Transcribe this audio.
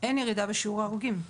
שאין ירידה במספר ההרוגים.